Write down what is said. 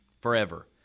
forever